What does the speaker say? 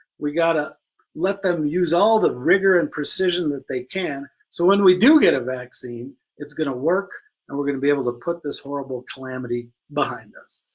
we gotta let them use all the rigor and precision that they can so when we do get a vaccine it's gonna work and we're gonna be able to put this horrible calamity behind us.